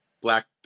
black